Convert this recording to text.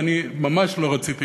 ואני ממש לא רציתי